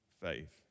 faith